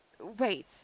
Wait